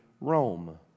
Rome